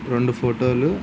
రెండు ఫోటోలు